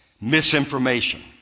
misinformation